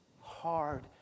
hard